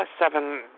seven